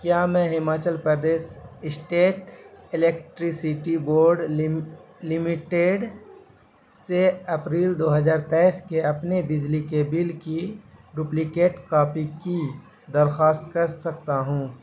کیا میں Himachal Pradesh state electricity board limited سے اپریل دو ہزار تیئس کے اپنے بجلی کے بل کی ڈبلیکیٹ کاپی کی درخواست کر سکتا ہوں